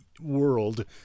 world